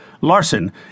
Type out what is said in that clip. Larson